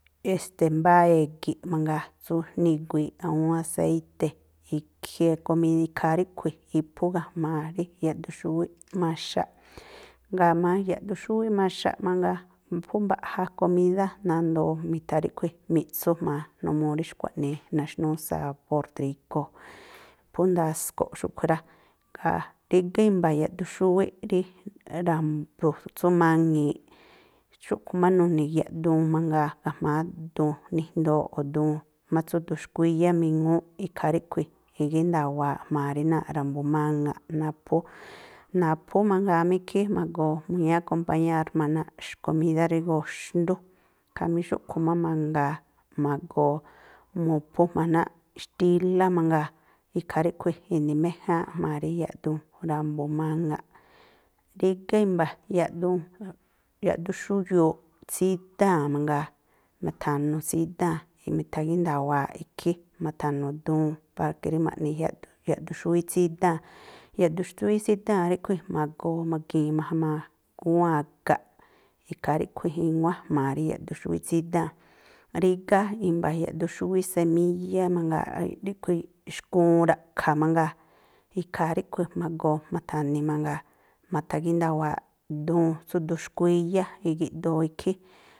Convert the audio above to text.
E̱ste̱ mbáá e̱gi̱ꞌ mangaa, tsú nigui̱i̱ꞌ awúún aséi̱te̱, ikhí ikhaa ríꞌkhui̱ iphú ga̱jma̱a rí yaꞌduxúwíꞌ maxaꞌ. Jngáa̱ jma̱a yaꞌduxúwíꞌ maxaꞌ mangaa phú mbaꞌja komídá nandoo mi̱tha̱ ríꞌkhui̱, mi̱ꞌtsu jma̱a, numuu rí xkua̱ꞌnii naxnúú sabór drígóo̱. Phú ndasko̱ꞌ xúꞌkhui̱ rá. rígá i̱mba̱ yaꞌduxúwíꞌ rí ra̱mbu̱ tsú maŋi̱iꞌ. Xúꞌkhui̱ má nuni̱ yaꞌduun mangaa ga̱jma̱a duun nijndooꞌ, o̱ duun má tsú duun xkuíyá miŋúúꞌ. Ikhaa ríꞌkhui̱ i̱gínda̱wa̱aꞌ jma̱a rí náa̱ꞌ ra̱mbu̱ maŋa̱ꞌ naphú. Naphú mangaa má ikhí ma̱goo mu̱ñíí akompañár jma̱ xkomídá rígóo̱ xndú, khamí xúꞌkhui̱ má mangaa ma̱goo mu̱phú jma̱a náa̱ꞌ xtílá mangaa. Ikhaa ríꞌkhui̱ i̱ni̱méjáánꞌ jma̱a rí yaꞌduun ra̱mbu̱ maŋa̱ꞌ. Rígá i̱mba̱ yaꞌduun, yaꞌduxúyuuꞌ tsídáa̱n mangaa. Ma̱tha̱nu̱ tsídáa̱n i mi̱tha̱gínda̱wa̱aꞌ ikhí, ma̱tha̱nu̱ duun para ke rí maꞌni yaꞌduxúwíꞌ tsídáa̱n. Yaꞌduxúwíꞌ tsídáa̱n ríꞌkhui̱ ma̱goo ma̱gi̱i̱n má jma̱a gúwánꞌ ga̱ꞌ. Ikhaa ríꞌkhui̱ iwán jma̱a rí yaꞌduxúwíꞌ tsídáa̱n. Rígá i̱mba̱ yaꞌduxúwíꞌ semíyá mangaa ríꞌkhui̱ xkuun ra̱ꞌkha̱ mangaa. Ikhaa ríꞌkhui̱ ma̱goo ma̱tha̱ni mangaa. Ma̱tha̱gínda̱wa̱aꞌ duun, tsú duun xkuíyá igi̱ꞌdoo ikhí.